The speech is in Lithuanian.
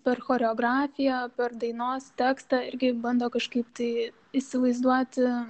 per choreografiją per dainos tekstą irgi bando kažkaip tai įsivaizduoti